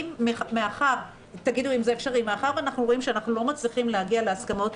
מאחר שאנחנו רואים שאנחנו לא מצליחים להגיע להסכמות,